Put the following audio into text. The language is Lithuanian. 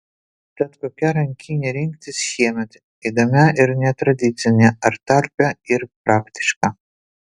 tad kokią rankinę rinktis šiemet įdomią ir netradicinę ar talpią ir praktišką